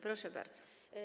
Proszę bardzo.